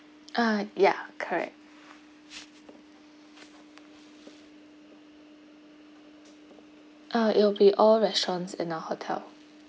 uh yeah correct uh it'll be all restaurants and our hotel